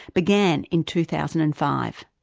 began in two thousand and five.